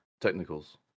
technicals